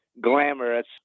glamorous